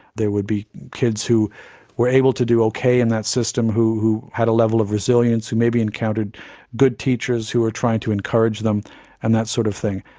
there would be kids who were able to do okay in that system, who who had a level of resilience, who maybe encountered good teachers who were trying to encourage them and that sort of thing.